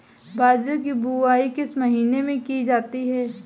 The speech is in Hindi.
बाजरे की बुवाई किस महीने में की जाती है?